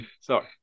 Sorry